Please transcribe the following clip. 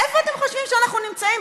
איפה אתם חושבים שאנחנו נמצאים?